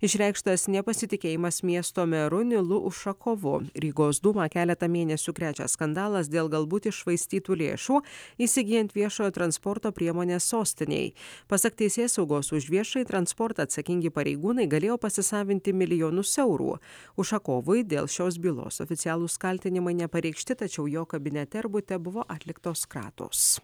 išreikštas nepasitikėjimas miesto meru nilu ušakovu rygos dūmą keletą mėnesių krečia skandalas dėl galbūt iššvaistytų lėšų įsigyjant viešojo transporto priemones sostinėj pasak teisėsaugos už viešąjį transportą atsakingi pareigūnai galėjo pasisavinti milijonus eurų ušakovui dėl šios bylos oficialūs kaltinimai nepareikšti tačiau jo kabinete ir bute buvo atliktos kratos